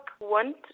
want